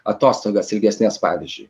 atostogas ilgesnes pavyzdžiui